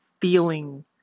feeling